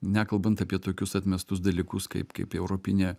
nekalbant apie tokius atmestus dalykus kaip kaip europinė